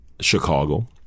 Chicago